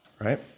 right